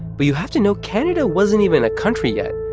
but you have to know canada wasn't even a country yet.